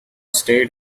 stayed